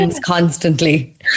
constantly